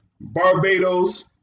Barbados